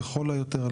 לכל היותר,